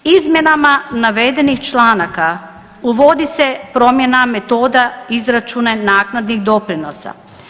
Izmjenama navedenih članaka uvodi se promjena metoda izračuna naknadi i doprinosa.